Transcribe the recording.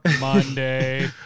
Monday